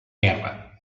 guerra